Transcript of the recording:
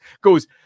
goes